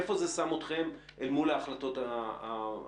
איפה זה שם אתכם מול ההחלטות הקיימות?